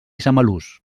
samalús